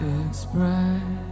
express